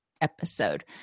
episode